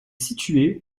située